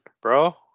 bro